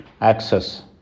access